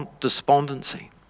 despondency